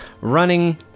running